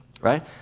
right